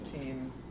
team